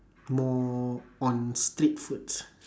more on street foods